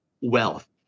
wealth